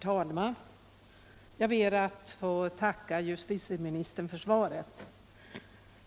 Herr talman! Jag ber att få tacka justitieministern för svaret.